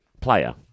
player